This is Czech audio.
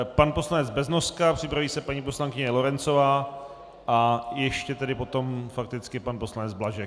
Pan poslanec Beznoska, připraví se paní poslankyně Lorencová a ještě tedy potom fakticky pan poslanec Blažek.